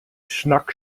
schnack